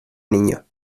niño